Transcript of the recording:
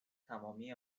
تمامی